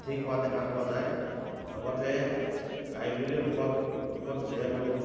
সঠিক হোৱা দেখা পোৱা যায় লগতে আয়ুৰ্বেদিক ঔষধ ঔষধ যিহেতু